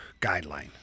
guideline